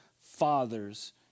fathers